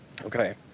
okay